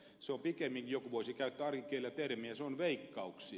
se on pikemmin joku voisi käyttää arkikielen termiä veikkauksia